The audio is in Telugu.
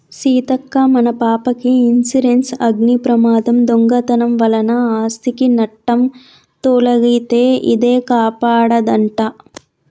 సీతక్క మన పాపకి ఇన్సురెన్సు అగ్ని ప్రమాదం, దొంగతనం వలన ఆస్ధికి నట్టం తొలగితే ఇదే కాపాడదంట